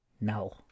no